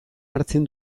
hartzen